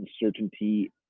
uncertainty